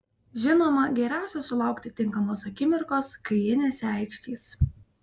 žinoma geriausia sulaukti tinkamos akimirkos kai ji nesiaikštys